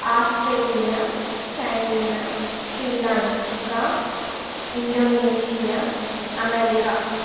Australia China Sri Lanka Indonesia America